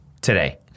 today